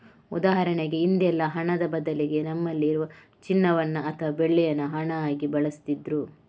ಉದಾಹರಣೆಗೆ ಹಿಂದೆಲ್ಲ ಹಣದ ಬದಲಿಗೆ ನಮ್ಮಲ್ಲಿ ಇರುವ ಚಿನ್ನವನ್ನ ಅಥವಾ ಬೆಳ್ಳಿಯನ್ನ ಹಣ ಆಗಿ ಬಳಸ್ತಿದ್ರು